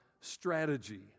strategy